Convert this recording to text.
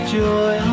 joy